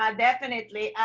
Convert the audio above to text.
um definitely,